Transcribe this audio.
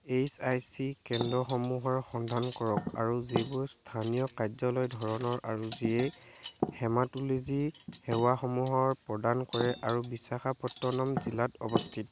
H I C কেন্দ্ৰসমূহৰ সন্ধান কৰক আৰু যিবোৰ স্থানীয় কাৰ্যালয় ধৰণৰ আৰু যিয়ে হেমাটোলেজি সেৱাসমূহৰ প্ৰদান কৰে আৰু বিছাখাপট্টনম জিলাত অৱস্থিত